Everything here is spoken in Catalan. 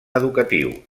educatiu